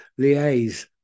liaise